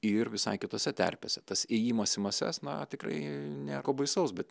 ir visai kitose terpėse tas ėjimas į mases na tikrai nieko baisaus bet